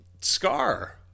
Scar